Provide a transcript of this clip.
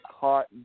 caught